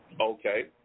Okay